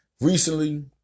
recently